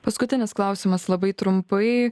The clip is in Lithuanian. paskutinis klausimas labai trumpai